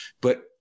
but-